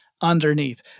underneath